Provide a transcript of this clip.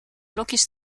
blokjes